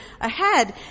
ahead